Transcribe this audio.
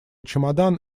чемодан